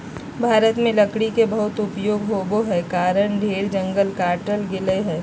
भारत में लकड़ी के बहुत उपयोग होबो हई कारण ढेर जंगल कट गेलय हई